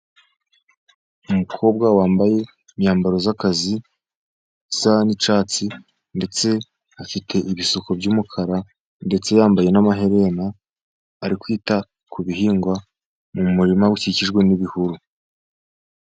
Umukobwa wambaye imyambaro y'akazi isa n'icyatsi, ndetse afite ibisuko by'umukara, ndetse yambaye n'amaherena. Ari kwita ku bihingwa mu murima ukikijwe n'ibihuru.